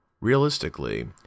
Realistically